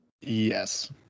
Yes